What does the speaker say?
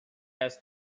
asked